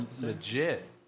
legit